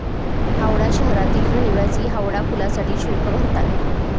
हावडा शहरातील रहिवासी हावडा पुलासाठी शुल्क भरतात